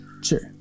Sure